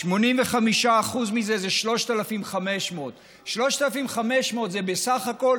85% מזה זה 3,500. 3,500 זה בסך הכול